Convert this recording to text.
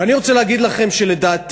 ואני רוצה להגיד לכם שלדעתי,